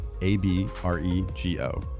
A-B-R-E-G-O